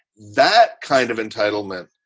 that kind of entitlement,